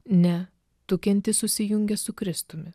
ne tu kenti susijungęs su kristumi